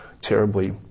terribly